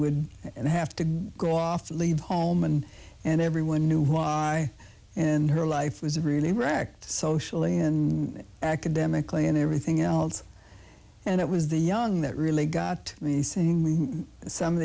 would have to go off to leave home and and everyone knew why and her life was really wrecked socially and academically and everything else and it was the young that really got me saying leave some of